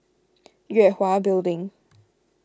Yue Hwa Building